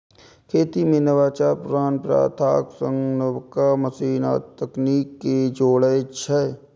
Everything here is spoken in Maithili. खेती मे नवाचार पुरान प्रथाक संग नबका मशीन आ तकनीक कें जोड़ै छै